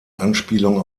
anspielung